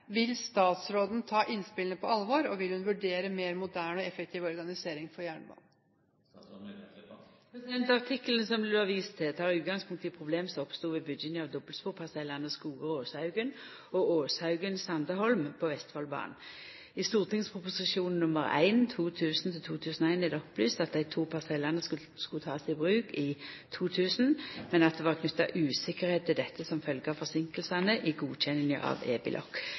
Vil statsråden ta innspillene på alvor, og vil hun vurdere mer moderne og effektiv organisering for jernbanen?» Artikkelen som det blir vist til, tek utgangspunkt i problem som oppstod ved bygginga av dobbeltsporparsellane Skoger–Åshaugen og Åshaugen–Sande–Holm på Vestfoldbanen. I St.prp. nr. 1 for 2000–2001 er det opplyst at dei to parsellane skulle takast i bruk i 2000, men at det var knytt uvisse til dette som følgje av forseinkingane i godkjenninga av